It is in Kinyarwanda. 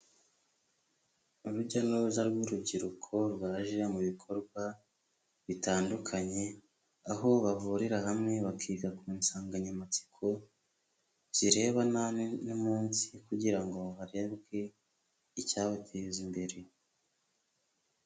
Urujya n'uruza rw'urubyiruko baje mu bikorwa bitandukanye, aho bahurira hamwe bakiga ku nsanganyamatsiko zirebana n'umunsi kugira ngo harebwe icyabateza imbere.